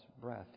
breath